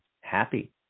happy